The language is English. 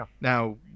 Now